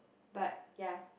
but ya